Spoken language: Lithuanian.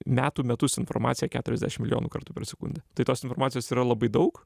metų metus informaciją keturiasdešim milijonų kartų per sekundę tai tos informacijos yra labai daug